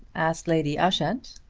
asked lady ushant.